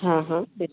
हाँ हाँ बे